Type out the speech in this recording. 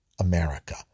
America